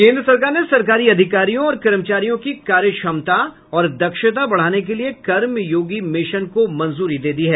केन्द्र सरकार ने सरकारी अधिकारियों और कर्मचारियों की कार्य क्षमता और दक्षता बढ़ाने के लिए कर्मयोगी मिशन को मंजूरी दे दी है